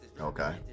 Okay